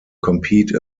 compete